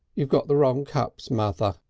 you've got the wrong cups, mother.